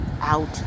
out